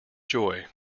joy